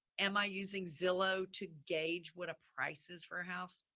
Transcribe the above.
am i using zillow to gauge what a prices for house?